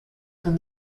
from